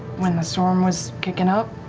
when the storm was kicking up.